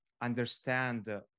understand